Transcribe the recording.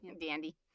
dandy